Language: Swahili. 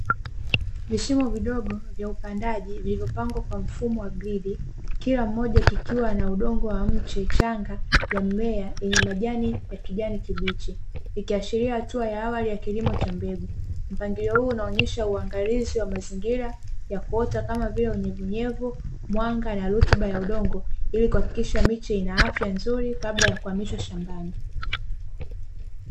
Vishimo vidogo vya upandaji, vilivyopangwa kwa mfumo wa gridi kila mmoja, kikiwa na udongo wa michechanga ya mimea yenye majani ya kijani kibichi, ikiashiria hatua ya awali ya kilimo cha mbegu. Mpangilio huu unaonesha uangalizi wa mazingira ya kuota kama vile unyevuunyevu, mwanga na rutuba ya udongo, ili kuhakikisha miche ina afya nzuri kabla ya kuhamishwa shambani.